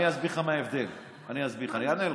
אני אסביר לך מה ההבדל: תראה,